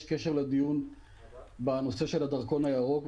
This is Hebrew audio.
יש קשר לדיון בנושא של הדרכון הירוק,